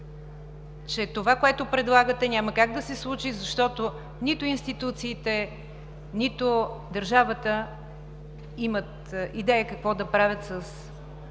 че това, което предлагате, няма как да се случи, защото нито институциите, нито държавата имат идея какво да правят с